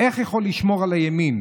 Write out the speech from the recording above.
איך הוא יכול לשמור על הימין?